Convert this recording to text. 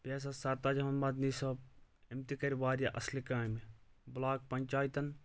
بیٚیِہ ہسا سرتاج احمد مدنی صٲب أمۍ تہِ کَرِ واریاہ اَصلہِ کامہِ بلاک پَنچایتَن